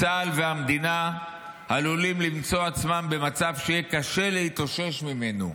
"צה"ל והמדינה עלולים למצוא עצמם במצב שיהיה קשה להתאושש ממנו.